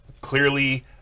Clearly